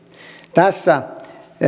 tässä